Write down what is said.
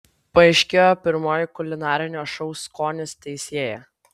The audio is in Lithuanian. paaiškėjo pirmoji kulinarinio šou skonis teisėja